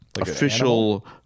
official